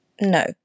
No